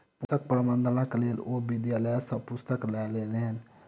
पोषक प्रबंधनक लेल ओ विद्यालय सॅ पुस्तक लय लेलैन